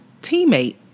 teammate